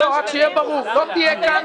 רק שיהיה ברור: לא תהיה כאן בוועדה,